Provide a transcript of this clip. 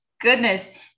goodness